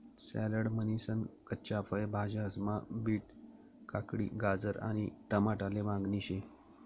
salad म्हनीसन कच्च्या फय भाज्यास्मा बीट, काकडी, गाजर आणि टमाटाले मागणी शे